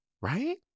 Right